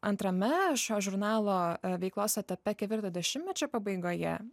antrame šio žurnalo veiklos etape kevirto dešimmečio pabaigoje